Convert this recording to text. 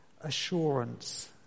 assurance